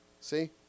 See